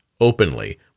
openly